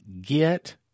get